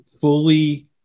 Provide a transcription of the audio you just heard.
fully